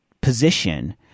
position